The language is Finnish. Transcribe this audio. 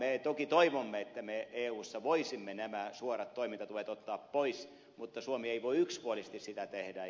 me toki toivomme että eussa voisimme nämä suorat toimintatuet ottaa pois mutta suomi ei voi yksipuolisesti sitä tehdä